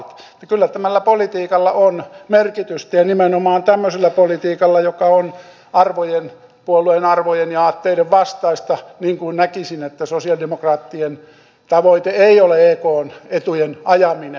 kyllä tällä politiikalla on merkitystä ja nimenomaan tämmöisellä politiikalla joka on puolueen arvojen ja aatteiden vastaista kun näkisin että sosialidemokraattien ensisijainen tavoite ei ole ekn etujen ajaminen